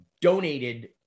donated